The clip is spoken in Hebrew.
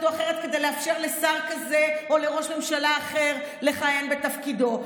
או אחרת כדי לאפשר לשר כזה או לראש ממשלה אחר לכהן בתפקידו.